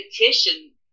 petition